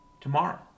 tomorrow